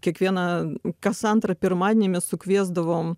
kiekvieną kas antrą pirmadienį mes sukviesdavom